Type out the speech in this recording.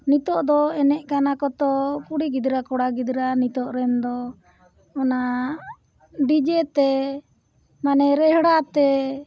ᱱᱤᱛᱳᱜ ᱫᱚ ᱮᱱᱮᱡ ᱠᱟᱱᱟ ᱠᱚᱛᱚ ᱠᱩᱲᱤ ᱜᱤᱫᱽᱨᱟᱹ ᱠᱚᱲᱟ ᱜᱤᱫᱽᱨᱟᱹ ᱱᱤᱛᱳᱜ ᱨᱮᱱ ᱫᱚ ᱚᱱᱟ ᱰᱤᱡᱮᱛᱮ ᱢᱟᱱᱮ ᱨᱮᱦᱲᱟ ᱛᱮ